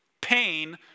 Pain